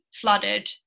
flooded